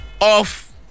off